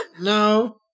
No